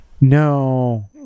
No